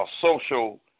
social